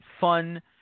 fun